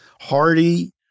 hardy